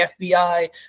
FBI